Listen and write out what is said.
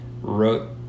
wrote